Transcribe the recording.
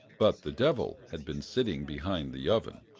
but the devil had been sitting behind the oven,